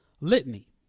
litany